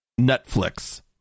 Netflix